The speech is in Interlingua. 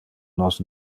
nos